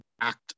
act